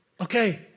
okay